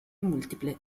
multiple